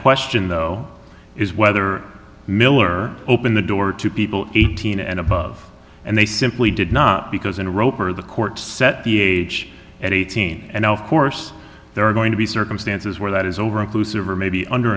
question though is whether miller opened the door to people eighteen and above and they simply did not because in a roper the court set the age at eighteen and of course there are going to be circumstances where that is over inclusive or maybe under